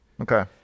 okay